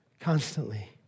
constantly